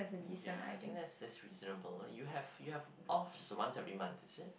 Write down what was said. ya I think that's that's reasonable you have you have off once every month is it